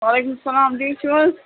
وعلیکُم السلام ٹھیٖک چھُو حظ